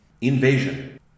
Invasion